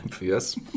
Yes